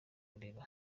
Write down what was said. kureba